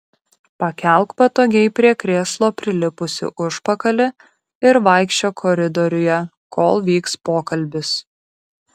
pakelk patogiai prie krėslo prilipusį užpakalį ir vaikščiok koridoriuje kol vyks pokalbis